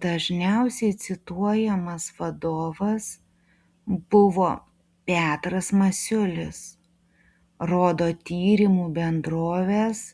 dažniausiai cituojamas vadovas buvo petras masiulis rodo tyrimų bendrovės